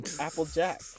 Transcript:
applejack